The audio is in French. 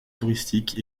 touristique